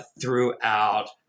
throughout